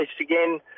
again